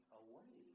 away